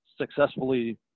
successfully